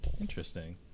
interesting